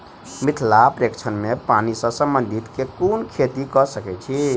मिथिला प्रक्षेत्र मे पानि सऽ संबंधित केँ कुन खेती कऽ सकै छी?